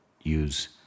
use